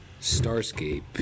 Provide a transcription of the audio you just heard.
Starscape